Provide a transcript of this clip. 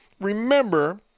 remember